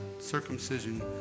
circumcision